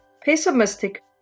pessimistic